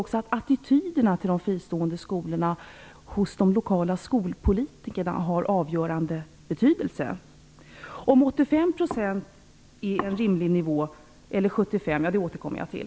Jag tror att attityden till de fristående skolorna hos de lokala skolpolitikerna har avgörande betydelse. Jag återkommer till frågan om 85 %eller möjligen 75 % är en rimlig nivå.